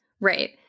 Right